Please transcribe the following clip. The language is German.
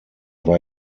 war